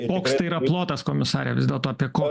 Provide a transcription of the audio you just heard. koks tai yra plotas komisare vis dėlto apie ko